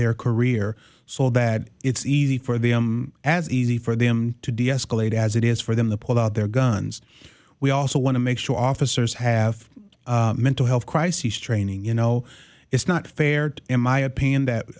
their career so that it's easy for them as easy for them to deescalate as it is for them the pull out their guns we also want to make sure officers have mental health crises training you know it's not fair to in my opinion that